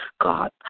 God